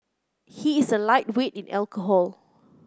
he is a lightweight in alcohol